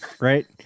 Right